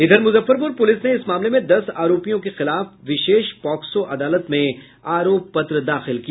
इधर मुजफ्फरपुर पुलिस ने इस मामले में दस आरोपियों के खिलाफ विशेष पोक्सो अदालत में आरोप पत्र दाखिल किया